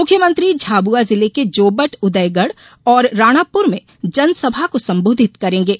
मुख्यमंत्री झाबुआ जिले के जोबट उदयगढ और राणापुर में जनसभा को संबोधित करेंगे